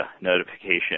notification